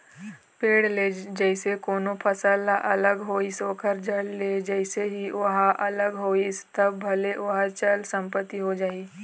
पेड़ ले जइसे कोनो फसल ह अलग होइस ओखर जड़ ले जइसे ही ओहा अलग होइस तब भले ओहा चल संपत्ति हो जाही